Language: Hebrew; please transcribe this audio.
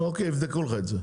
אוקיי יבדקו לך את זה.